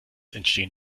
entstehen